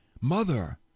Mother